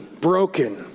broken